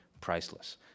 priceless